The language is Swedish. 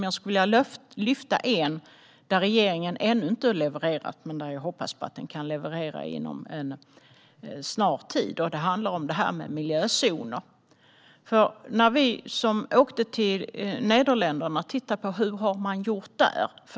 Men jag skulle vilja lyfta fram ett område där regeringen ännu inte har levererat men där jag hoppas att den kan leverera inom en snar framtid. Det handlar om miljözoner. Utskottet åkte till Nederländerna för att se på hur man har gjort där.